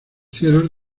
cielos